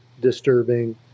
disturbing